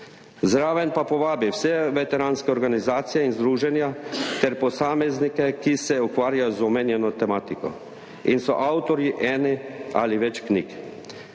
zraven pa povabi vse veteranske organizacije in združenja ter posameznike, ki se ukvarjajo z omenjeno tematiko in so avtorji ene ali več knjig.